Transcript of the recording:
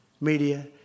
media